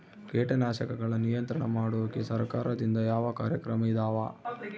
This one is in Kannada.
ಕೇಟನಾಶಕಗಳ ನಿಯಂತ್ರಣ ಮಾಡೋಕೆ ಸರಕಾರದಿಂದ ಯಾವ ಕಾರ್ಯಕ್ರಮ ಇದಾವ?